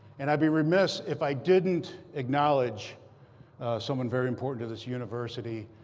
and i'd be remiss if i didn't acknowledge someone very important to this university.